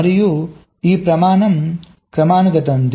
మరియు ఈ ప్రమాణం క్రమానుగతది